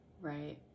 right